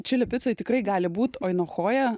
čili picoj tikrai gali būt oinochoja